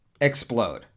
explode